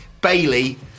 Bailey